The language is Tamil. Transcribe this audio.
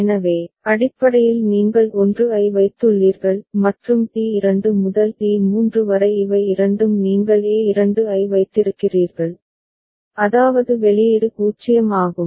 எனவே அடிப்படையில் நீங்கள் 1 ஐ வைத்துள்ளீர்கள் மற்றும் T2 முதல் T3 வரை இவை இரண்டும் நீங்கள் a2 ஐ வைத்திருக்கிறீர்கள் அதாவது வெளியீடு 0 ஆகும்